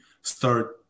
start